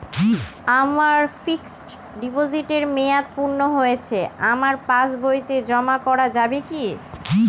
আমার ফিক্সট ডিপোজিটের মেয়াদ পূর্ণ হয়েছে আমার পাস বইতে জমা করা যাবে কি?